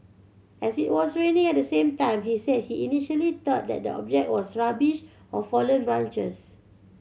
as it was raining at the same time he said he initially thought that the object was rubbish or fallen branches